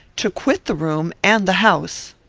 to quit the room and the house.